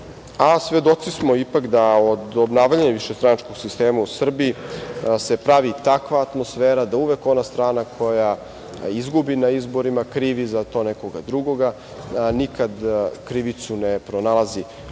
posla. Svedoci smo ipak da od obnavljanja višestranačkog sistema u Srbiji se pravi takva atmosfera da uvek ona strana koja izgubi na izborima krivi za to nekog drugog. Nikad krivicu ne pronalazi